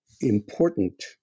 important